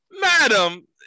Madam